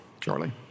Charlie